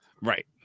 Right